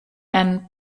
and